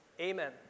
Amen